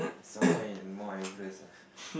somewhere in Mount Everest ah